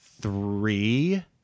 three